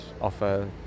offer